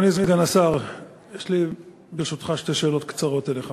מודל לחיקוי, לאנשי "תג מחיר", לאנשים האלה,